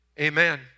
Amen